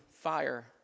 fire